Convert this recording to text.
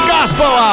Gospel